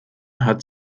hat